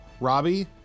robbie